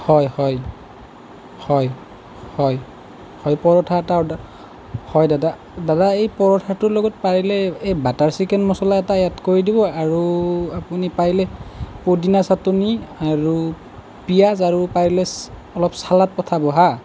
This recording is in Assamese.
হয় হয় হয় হয় পৰঠা এটা অৰ্ডাৰ হয় দাদা দাদা এই পৰঠাটোৰ লগত পাৰিলে এই বাটাৰ চিকেন মছলা এটা এড কৰি দিব আৰু আপুনি পাৰিলে পদিনা চাটনি আৰু পিঁয়াজ আৰু পাৰিলে অলপ ছালাড পঠাব হাঁ